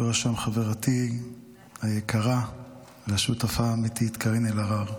וחברתי היקרה והשותפה האמיתית קארין אלהרר,